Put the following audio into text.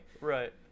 Right